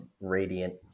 radiant